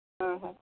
ᱦᱮᱸ ᱦᱮᱸ